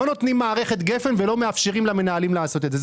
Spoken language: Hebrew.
לא נותנים מערכת גפ"ן ולא מאפשרים למנהלים לעשות את זה.